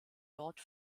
dort